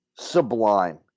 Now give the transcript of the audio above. sublime